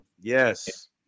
Yes